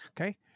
okay